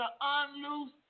unloose